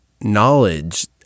knowledge